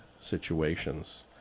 situations